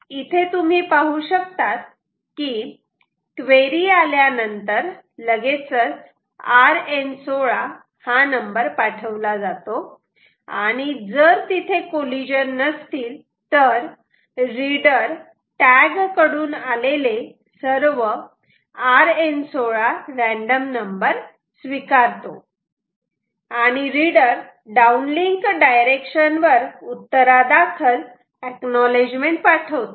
इथे तुम्ही पाहू शकता की क्वेरी आल्यानंतर लगेचच RN16 हा पाठवला जातो आणि जर तिथे कॉलिजन नसतील तर रीडर टॅग कडून आलेले सर्व RN16 रँडम नंबर स्वीकारतो आणि रीडर डाउनलिंक डायरेक्शन वर उत्तरादाखल एक्नॉलेजमेंट पाठवतो